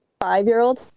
five-year-old